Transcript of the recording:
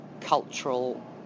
cultural